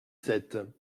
sept